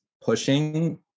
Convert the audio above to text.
pushing